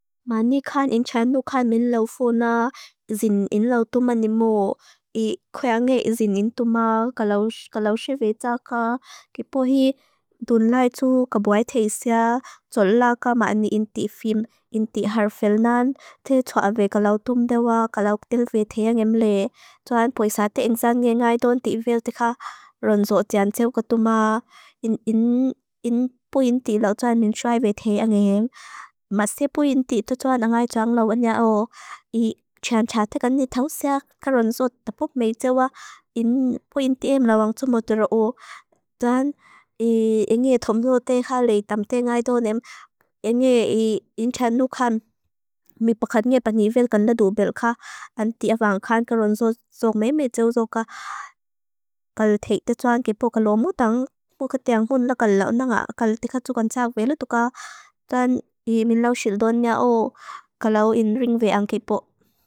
Mãni kãn in txannu kãn min lau fona, zin in lau tumani mô, i kua ange zin in tuma, kalauxi ve tsaka, kipohi dunlai tsu kabuai te isa, tsola kã mãni in tifim, in tihar fil nan, te tsua ve kalau tum dewa, kalauk del ve te angem le. Tsoan poisaate in tsang nge ngaidon tifil tika ronso tian tsewko tuma, in pui in tilau tsoan min tsuai ve te angem. Masipu in tita tsua ngaidon lau anja o, i txann txatekani tauxia karonso tapok mei tsewa, in pui in tima lauang tsumotara o. Tsoan, inge thomso te khalei tamte ngaidon, inge in txannu kãn, min pokat nge pani vel kanadu belka, an tiafang kãn karonso zo mei mei tsewzo ka. Kalau te ita tsoan kipo kalaumutang, pokat tiang honla kalau nga kalau tika tsukan tsaak ve le tuka, tan i min lau sildon nga o, kalau in ring ve ang kipo.